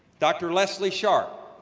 dr. leslie sharpe,